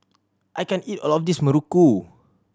I can't eat all of this Muruku